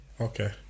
okay